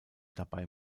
dabei